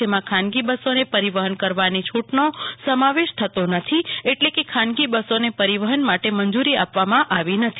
જેમાં ખાનગી બસોને પરિવહન કરવાની છૂટનો સમાવેશ થતો નથી એટલે કે ખાનગી બસોને પરિવહન માટે મંજૂરી આપવામાં આવી નથી